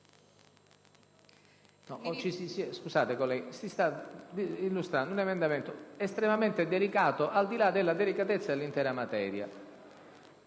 Colleghi, si sta illustrando un emendamento estremamente delicato, al di là della delicatezza dell'intera materia.